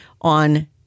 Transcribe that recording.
on